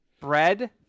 Bread